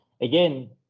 again